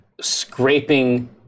scraping